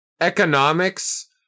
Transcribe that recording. economics